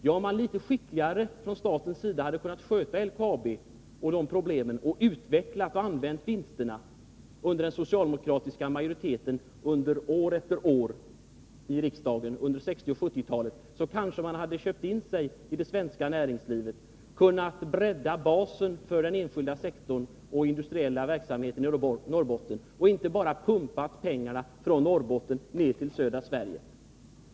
Ja, om staten hade kunnat sköta LKAB litet skickligare under den socialdemokratiska majoritetesperioden i riksdagen på 1960 och 1970-talen, och man hade använt vinsterna till utveckling, hade kanske LKAB köpt in sig i det svenska näringslivet. Då hade kanske basen kunnat breddas för den enskilda sektorn och den industriella verksamheten i Norrbotten i stället för att pengarna pumpats från Norrbotten till södra Sverige.